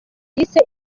yise